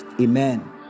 Amen